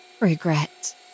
Regret